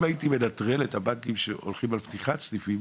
אם הייתי מנטרל את הבנקים שהולכים על פתיחת סניפים